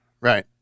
Right